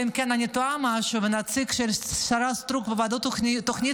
אלא אם כן אני טועה במשהו והנציג של השרה סטרוק בוועדות התכנון